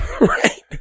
Right